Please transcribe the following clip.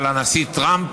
של הנשיא טראמפ,